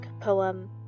poem